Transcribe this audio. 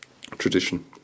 tradition